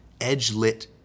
edge-lit